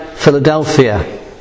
Philadelphia